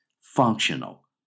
Functional